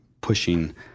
pushing